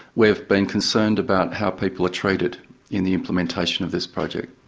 we've been concerned about how people are treated in the implementation of this project.